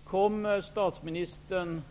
Fru talman! Kommer statsministern